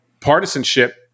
partisanship